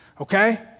Okay